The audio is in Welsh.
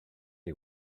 chi